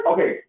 Okay